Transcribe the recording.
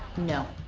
no.